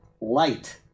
light